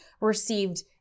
received